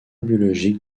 biologique